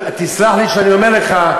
תסלח לי שאני אומר לך,